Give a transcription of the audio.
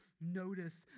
notice